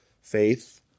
faith